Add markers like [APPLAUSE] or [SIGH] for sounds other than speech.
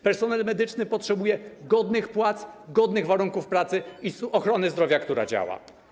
Personel medyczny potrzebuje godnych płac, godnych warunków pracy [NOISE] i ochrony zdrowia, która działa.